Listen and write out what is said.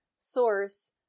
Source